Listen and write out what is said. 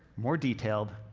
more detailed,